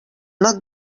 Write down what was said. not